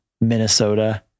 Minnesota